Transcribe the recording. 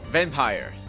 Vampire